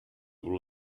will